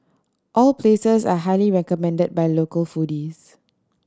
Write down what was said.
all places are highly recommended by local foodies